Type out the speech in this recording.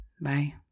Bye